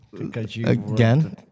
Again